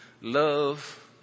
love